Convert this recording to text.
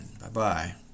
Bye-bye